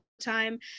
time